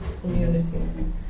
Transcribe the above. community